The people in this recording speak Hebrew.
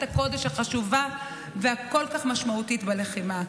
הקודש החשובה והכל-כך משמעותית בלחימה.